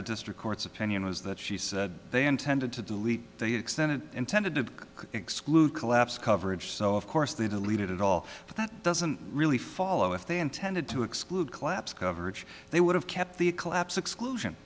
the district court's opinion was that she said they intended to delete the extended intended to exclude collapse coverage so of course they deleted it all but that doesn't really follow if they intended to exclude collapse coverage they would have kept the collapse exclusion